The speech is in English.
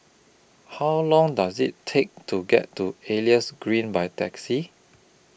How Long Does IT Take to get to Elias Green By Taxi